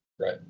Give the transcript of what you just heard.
right